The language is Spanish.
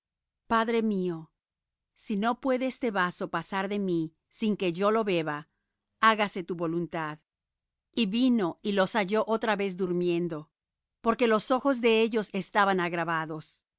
padre mío si no puede este vaso pasar de mí sin que yo lo beba hágase tu voluntad y vino y los halló otra vez durmiendo porque los ojos de ellos estaban agravados